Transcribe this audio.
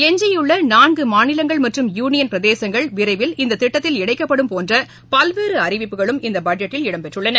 எஞ்சியுள்ள நான்கு மாநிலங்கள் மற்றும் யுனியன் பிரதேசங்கள் விரைவில் இந்த திட்டக்கில் இணைக்கப்படும் போன்ற பல்வேறு அறிவிப்புகளும் இந்த பட்ஜெட்டில் இடம்பெற்றுள்ளன